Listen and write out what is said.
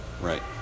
right